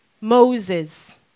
Moses